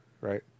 right